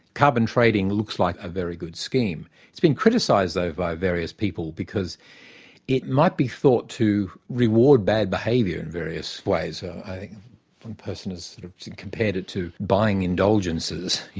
carbon trading looks like a very good scheme. it's been criticised, though, by various people because it might be thought to reward bad behaviour in various ways. i think, one person has sort of compared it to buying indulgences.